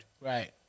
Right